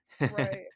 Right